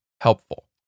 helpful